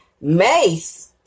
Mace